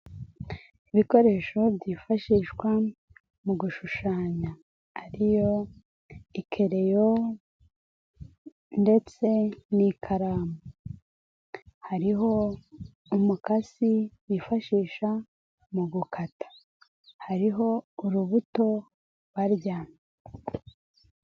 Ibikoresho byifashishwa mu gushushanya. Ariyo ikereyo ndetse n'ikaramu. Hariho umukasi wifashisha mu gukata. Hariho urubuto barya.